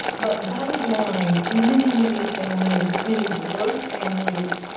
but bottom line, many, many families, many diverse families.